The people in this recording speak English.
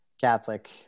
Catholic